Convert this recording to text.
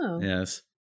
yes